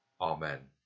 Amen